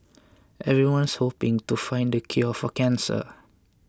everyone's hoping to find the cure for cancer